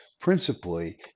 principally